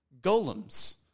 golems